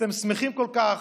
שאתם שמחים כל כך?